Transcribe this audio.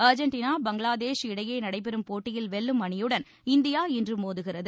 Argentina Bangladesh இடையே நடைபெறம் போட்டியில் வெல்லும் அணியுடன் இந்தியா இன்று மோதுகிறது